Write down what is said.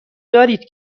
دارید